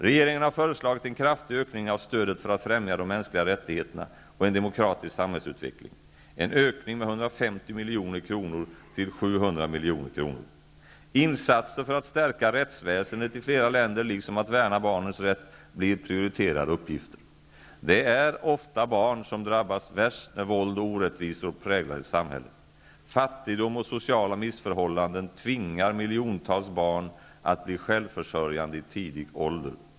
Regeringen har föreslagit en kraftig ökning av stödet för att främja de mänskliga rättigheterna och en demokratisk samhällsutveckling -- en ökning med 150 milj.kr. till 700 milj.kr. Insatser för att stärka rättsväsendet i flera länder liksom att värna barnens rätt blir prioriterade uppgifter. Det är ofta barn som drabbas värst när våld och orättvisor präglar ett samhälle. Fattigdom och sociala missförhållanden tvingar miljontals barn att bli självförsörjande i tidig ålder.